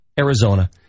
Arizona